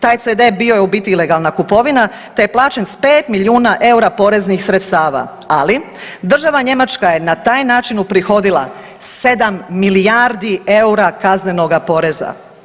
Taj cd bio je u biti ilegalna kupovina, te je plaćen s 5 milijuna eura poreznih sredstava, ali država Njemačka je na taj način uprihodila 7 milijardi eura kaznenoga poreza.